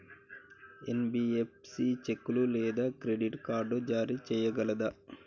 NBFC చెక్కులు లేదా credit card జారీ చేయగలదా?